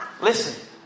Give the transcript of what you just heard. Listen